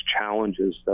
challenges